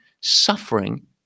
suffering